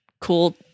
cool-